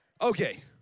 Okay